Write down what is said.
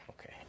Okay